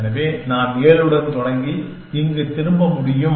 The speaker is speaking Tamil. எனவே நான் 7 உடன் தொடங்கி இங்கு திரும்ப முடியும்